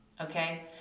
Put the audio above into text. okay